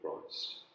Christ